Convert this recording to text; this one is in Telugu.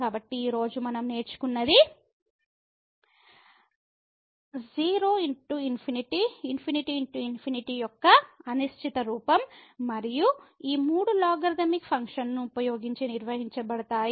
కాబట్టి ఈ రోజు మనం నేర్చుకున్నది 0 ×∞∞×∞ యొక్క అనిశ్చిత రూపం మరియు ఈ మూడు లాగరిథమిక్ ఫంక్షన్ను ఉపయోగించి నిర్వహించబడతాయి